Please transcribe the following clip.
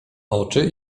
oczy